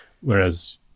whereas